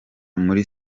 muri